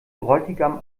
bräutigam